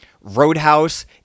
Roadhouse